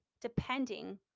depending